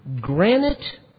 Granite